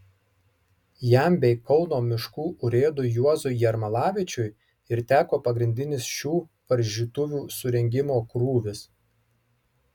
jam bei kauno miškų urėdui juozui jermalavičiui ir teko pagrindinis šių varžytuvių surengimo krūvis